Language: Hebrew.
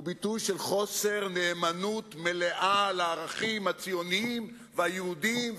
הוא ביטוי של חוסר נאמנות מלאה לערכים הציוניים והיהודיים,